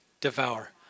devour